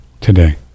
Today